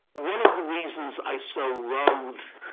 one of the reasons i so loathe